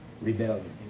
rebellion